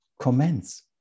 commence